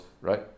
right